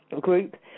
group